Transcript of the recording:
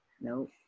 Nope